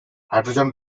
hydrogen